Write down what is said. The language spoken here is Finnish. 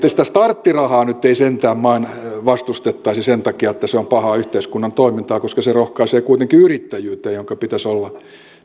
sitä starttirahaa nyt ei sentään vain vastustettaisi sen takia että se on pahaa yhteiskunnan toimintaa koska se rohkaisee kuitenkin yrittäjyyttä jonka pitäisi olla